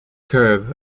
curve